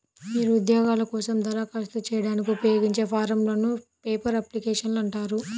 మీరు ఉద్యోగాల కోసం దరఖాస్తు చేయడానికి ఉపయోగించే ఫారమ్లను పేపర్ అప్లికేషన్లు అంటారు